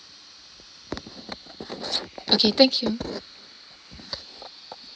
okay thank you